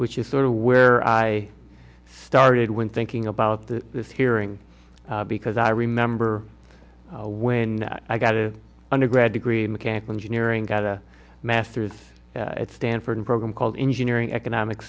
which is sort of where i started when thinking about the hearing because i remember when i got a undergrad degree in mechanical engineering got a master's at stanford program called engineering economic